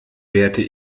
werte